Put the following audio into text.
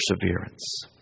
perseverance